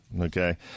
Okay